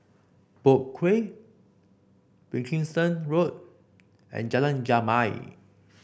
Boat Quay Wilkinson Road and Jalan Jamal